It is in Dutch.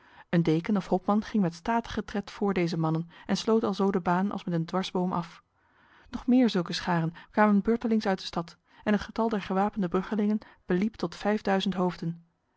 een deken of hopman ging met statige tred voor deze mannen en sloot alzo de baan als met een dwarsboom af nog meer zulke scharen kwamen beurtelings uit de stad en het getal der gewapende bruggelingen beliep tot vijfduizend hoofden